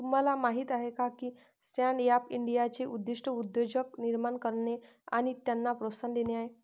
तुम्हाला माहीत आहे का स्टँडअप इंडियाचे उद्दिष्ट उद्योजक निर्माण करणे आणि त्यांना प्रोत्साहन देणे आहे